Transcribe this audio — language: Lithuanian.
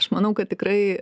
aš manau kad tikrai